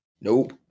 nope